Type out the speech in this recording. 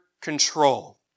control